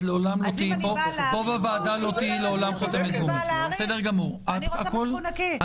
אם אני באה להאריך - אני רוצה מצפון נקי.